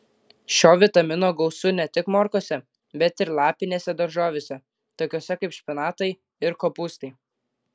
šio vitamino gausu ne tik morkose bet ir lapinėse daržovėse tokiose kaip špinatai ir kopūstai